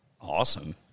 Awesome